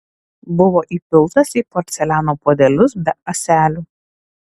buvo įpiltas į porceliano puodelius be ąselių